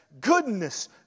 goodness